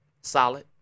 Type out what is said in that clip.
solid